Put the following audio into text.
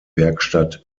werkstatt